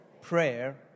prayer